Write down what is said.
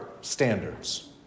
standards